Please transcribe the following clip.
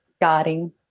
guarding